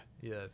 Yes